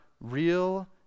real